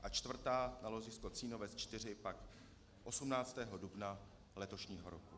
A čtvrtá na ložisko Cínovec 4 pak 18. dubna letošního roku.